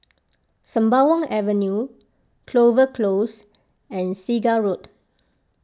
Sembawang Avenue Clover Close and Segar Road